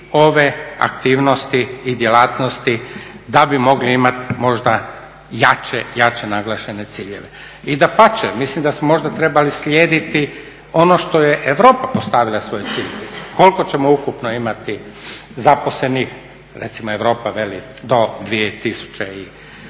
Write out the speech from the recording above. ove aktivnosti i djelatnosti da bi mogli imati možda jače naglašene ciljeve. I dapače, mislim da smo možda trebali slijediti ono što je Europa postavila svoje ciljeve. Koliko ćemo ukupno imati zaposlenih, recimo Europa veli do 2020.,